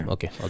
Okay